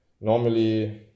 normally